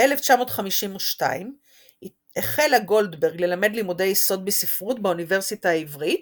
ב-1952 החלה גולדברג ללמד לימודי יסוד בספרות באוניברסיטה העברית,